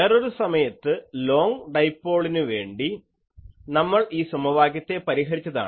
വേറൊരു സമയത്ത് ലോങ് ഡൈപോളിനു വേണ്ടി നമ്മൾ ഈ സമവാക്യത്തെ പരിഹരിച്ചതാണ്